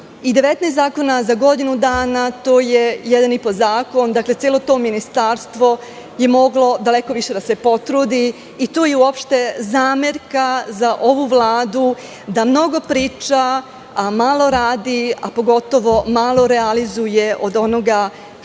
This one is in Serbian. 19 zakona za godinu dana, to je jedan i po zakon. Celo to ministarstvo je moglo daleko više da se potrudi i to je uopšte zamerka za ovu Vladu, da mnogo priča, a malo radi, a pogotovo malo realizuje od onoga što